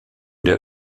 der